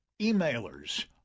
emailers